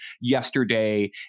yesterday